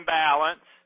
balance